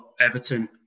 Everton